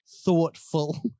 thoughtful